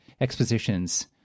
expositions